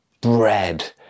bread